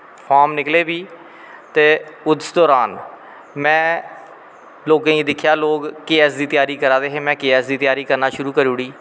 form निकले बी ते उस दौरान में लोकें गी दिक्खेआ लोग के ए ऐस दा तैयारी करा दा हे में के ए ऐस दी तैयारी कराना शुरु करी ओड़ी